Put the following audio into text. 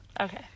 Okay